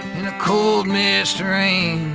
in a cold misty